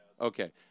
Okay